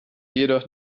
jedoch